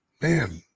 man